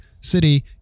city